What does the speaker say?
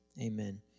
amen